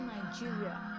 Nigeria